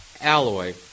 Alloy